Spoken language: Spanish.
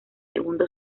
segundo